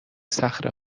صخره